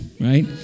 right